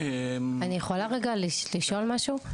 אני יכולה רגע לשאול משהו?